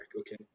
okay